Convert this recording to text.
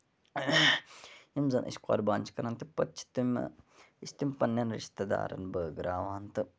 یِم زَن اسہِ قۄربان چھِ کران تہٕ پَتہٕ چھِ تِمہٕ أسۍ تِم پَنٕنٮ۪ن رِشتہٕ دارَن بٲگراوان تہٕ